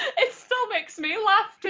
it still makes me laugh